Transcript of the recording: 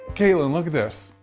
katelyn look at this.